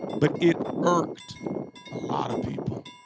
but it irked a lot of people.